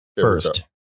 first